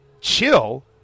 Chill